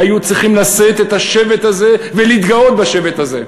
היו צריכים לשאת את השבט הזה ולהתגאות בשבט הזה.